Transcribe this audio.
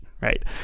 right